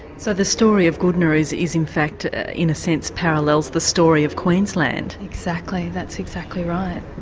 so the story of goodna is is in fact in a sense parallels the story of queensland exactly, that's exactly right.